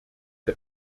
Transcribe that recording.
der